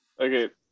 Okay